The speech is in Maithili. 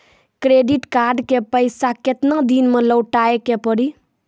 क्रेडिट कार्ड के पैसा केतना दिन मे लौटाए के पड़ी?